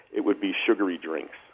it would be sugary drinks.